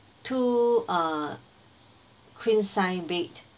two uh queen size bed